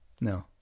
No